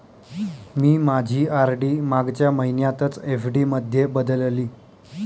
मी माझी आर.डी मागच्या महिन्यातच एफ.डी मध्ये बदलली